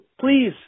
Please